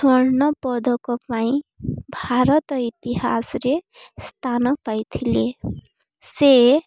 ସ୍ଵର୍ଣ୍ଣପଦକ ପାଇଁ ଭାରତ ଇତିହାସରେ ସ୍ଥାନ ପାଇଥିଲେ ସେ